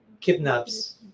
kidnaps